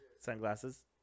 sunglasses